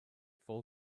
full